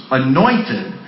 anointed